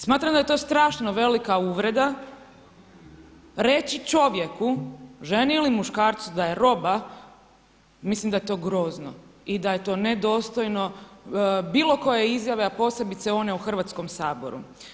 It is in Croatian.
Smatram da je to strašno velika uvreda reći čovjeku ženi ili muškarcu da je roba mislim da je to grozno i da je to nedostojno bilo koje izjave, a posebice one u Hrvatskom saboru.